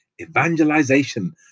evangelization